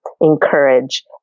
encourage